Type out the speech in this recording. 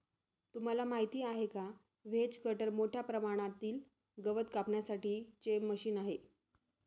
तुम्हाला माहिती आहे का? व्हेज कटर मोठ्या प्रमाणातील गवत कापण्यासाठी चे मशीन आहे